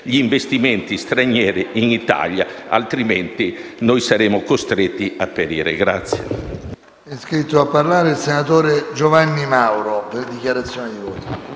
gli investimenti stranieri in Italia. Altrimenti noi saremo costretti a perire. [MAURO